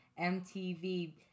MTV